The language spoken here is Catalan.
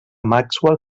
maxwell